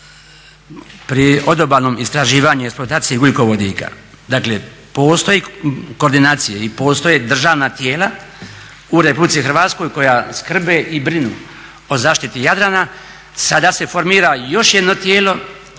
pri odobalnom istraživanju i eksploataciji ugljikovodika. Dakle, postoje koordinacije i postoje državna tijela u RH koja skrbe i brinu o zaštiti Jadrana. Sada se formira još jedno tijelo